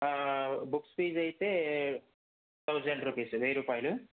ఆ books fees అయితే thousand rupees వెయ్యి రూపాయలు